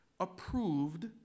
approved